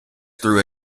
through